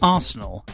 Arsenal